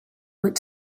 went